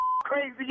crazy